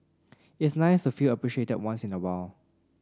it's nice to feel appreciated once in a while